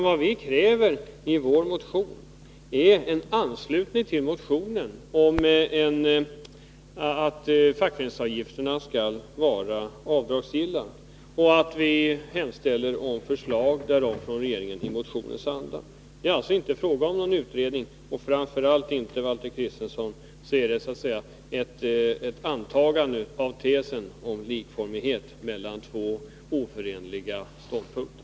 Vad vi kräver är att riksdagen ansluter sig till motionen i fråga om att fackföreningsavgifterna skall vara avdragsgilla, och vi hemställer om förslag därom från regeringen i motionens anda. Det är alltså inte fråga om någon utredning. Framför allt är det inte, Valter Kristenson, fråga om ett antagande av tesen om likformighet mellan två oförenliga ståndpunkter.